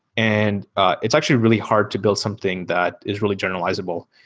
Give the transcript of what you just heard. and it's actually really hard to build something that is really generalizable.